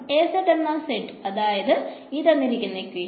Ax എന്നാൽ x അതായത് 0